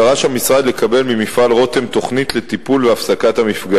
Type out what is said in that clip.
דרש המשרד לקבל ממפעל "רותם" תוכנית לטיפול במפגעים ולהפסקתם.